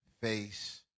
face